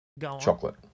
chocolate